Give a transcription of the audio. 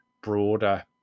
broader